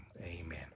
Amen